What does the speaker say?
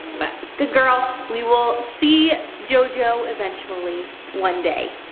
but good girl. we will see jojo eventually, one day.